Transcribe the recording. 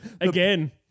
Again